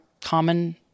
common